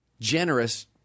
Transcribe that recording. generous